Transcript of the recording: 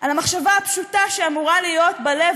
על המחשבה הפשוטה שאמורה להיות בלב